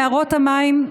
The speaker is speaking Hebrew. נערות המים.